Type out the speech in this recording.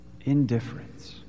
Indifference